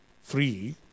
free